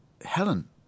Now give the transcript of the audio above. Helen